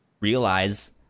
realize